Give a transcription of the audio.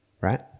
right